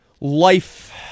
life